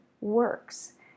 works